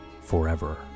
forever